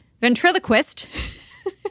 ventriloquist